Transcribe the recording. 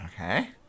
Okay